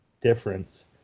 difference